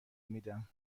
میدم